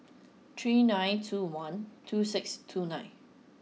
three nine two one two six two nine